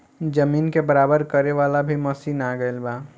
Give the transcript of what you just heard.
जमीन के बराबर करे वाला भी मशीन आ गएल बा